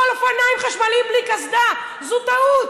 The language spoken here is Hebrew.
על אופניים חשמליים בלי קסדה זו טעות.